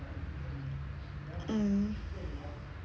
hmm